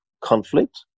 conflict